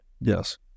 Yes